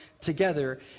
together